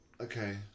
Okay